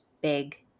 big